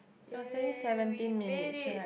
!yay! we made it